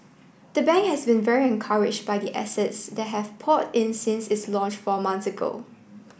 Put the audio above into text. the bank has been very encouraged by the assets that have poured in since its launch four months ago